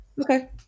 Okay